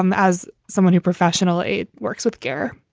um as someone who professionally works with care,